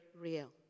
real